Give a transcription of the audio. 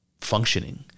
Functioning